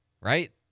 right